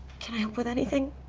can i help with anything?